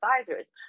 advisors